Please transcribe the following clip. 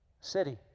city